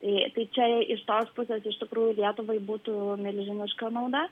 tai tai čia iš tos pusės iš tikrųjų lietuvai būtų milžiniška nauda